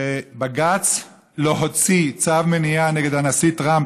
שבג"ץ לא הוציא צו מניעה נגד הנשיא טראמפ,